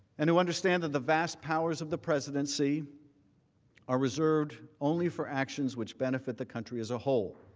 and who understand that the vast powers of the presidency are reserved only for actions which benefit the country as a whole